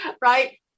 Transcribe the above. right